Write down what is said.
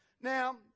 Now